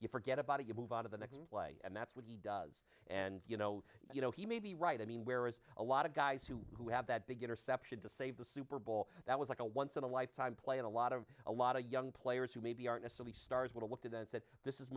you forget about it you move out of the next play and that's what he does and you know you know he may be right i mean where is a lot of guys who have that big interception to save the super bowl that was like a once in a lifetime play in a lot of a lot of young players who maybe aren't still the stars would have looked at and said this is